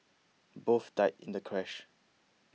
both died in the crash